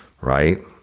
right